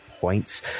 points